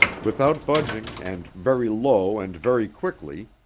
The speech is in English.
without budging and very low and very quickly,